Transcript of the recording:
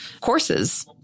courses